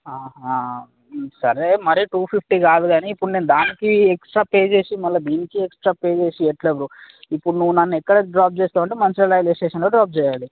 సరే మరి two fifty కాదు కానీ ఇప్పుడు నేను దానికి ఎక్స్ట్రా పే చేసి మళ్ళీ దీనికి ఎక్స్ట్రా పే చేసి ఎట్ల బ్రో ఇప్పుడు నువ్వు నన్ను ఎక్కడ డ్రాప్ చేస్తావు అంటే మంచిర్యాల రైల్వే స్టేషన్ దగ్గర డ్రాప్ చేయాలి